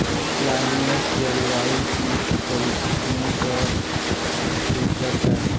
climate जलवायु की परिस्थितियों का द्योतक है